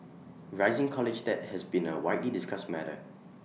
rising college debt has been A widely discussed matter